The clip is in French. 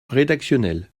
rédactionnel